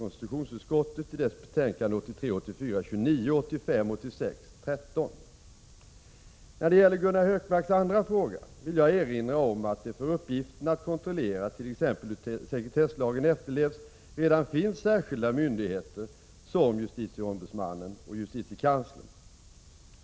När det gäller Gunnar Hökmarks andra fråga vill jag erinra om att det för uppgiften att kontrollera t.ex. hur sekretesslagen efterlevs redan finns särskilda myndigheter som JO och JK.